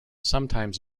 sometimes